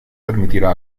permitirá